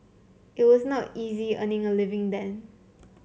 it was not easy earning a living then